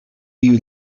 you